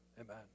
amen